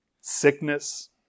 sickness